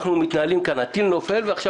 אנחנו מתנהלים כאן הטיל נופל ועכשיו